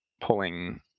pulling